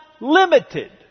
limited